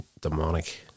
demonic